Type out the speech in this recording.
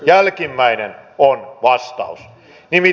jälkimmäinen on vastaus